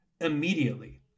immediately